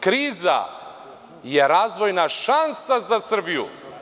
Kriza je razvojna šansa za Srbiju.